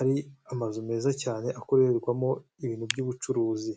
ari amazu meza cyane akorerwamo ibintu by'ubucuruzi.